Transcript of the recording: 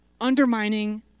undermining